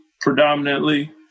predominantly